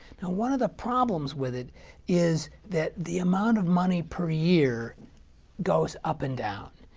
now, one of the problems with it is that the amount of money per year goes up and down.